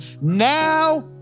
Now